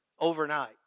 overnight